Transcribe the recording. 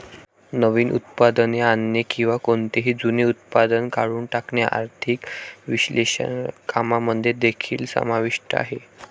नवीन उत्पादने आणणे किंवा कोणतेही जुने उत्पादन काढून टाकणे आर्थिक विश्लेषकांमध्ये देखील समाविष्ट आहे